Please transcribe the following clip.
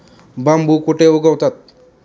बांबू कुठे उगवतात?